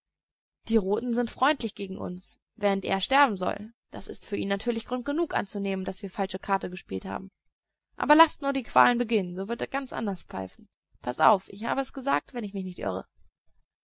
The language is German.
die roten sind freundlich gegen uns während er sterben soll das ist für ihn natürlich grund genug anzunehmen daß wir falsche karte gespielt haben aber laßt nur die qualen beginnen so wird er ganz anders pfeifen paßt auf ich habe es gesagt wenn ich mich nicht irre